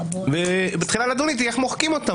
והיא התחילה לדון איתי איך מוחקים אותם.